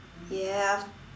ya